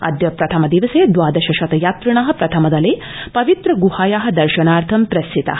अद्य प्रथम दिवसे द्वादश शत यात्रिण प्रथमदले पवित्र गुहाया दर्शनार्थं प्रस्थिता